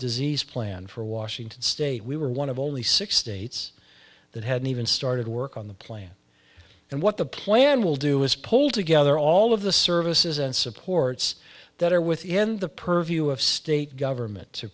disease plan for washington state we were one of only six states that had even started work on the plan and what the plan will do is pull together all of the services and supports that are within the purview of state government to